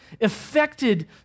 affected